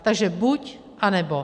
Takže buď, anebo.